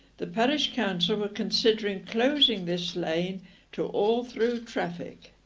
the parish council were considering closing this lane to all through traffic